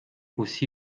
aussi